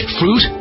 fruit